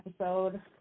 episode